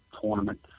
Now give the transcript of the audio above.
tournament